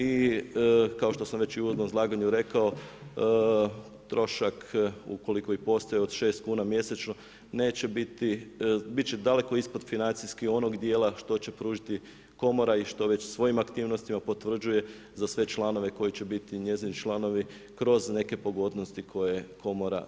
I kao što sam već u uvodnom izlaganju rekao, trošak ukoliko bi postojao od 6 kuna mjesečno neće biti, bit će daleko ispod financijskih onog djela što će pružiti komora i što već svojim aktivnostima potvrđuje za sve članove koji će biti njezini članovi kroz neke pogodnosti koje komora već sada osigurava.